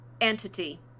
entity